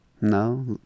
No